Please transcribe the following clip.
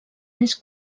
més